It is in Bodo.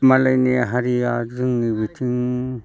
मालायनि हारिया जोंनि बिथिं